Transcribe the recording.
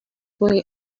boy